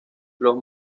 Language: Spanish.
los